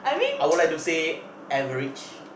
I would like to say average